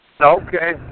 Okay